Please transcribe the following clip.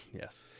Yes